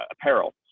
apparel